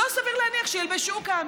לא סביר להניח שילבשו כאן,